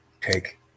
take